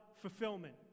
fulfillment